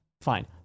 fine